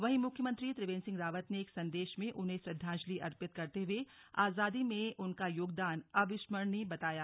वहीं मुख्यमंत्री त्रिवेंद्र सिंह रावत ने एक संदेश में उन्हें श्रद्वांजली अर्पित करते हुए आजादी में उनका योगदान अविस्मरणीय बताया